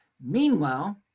Meanwhile